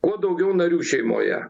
kuo daugiau narių šeimoje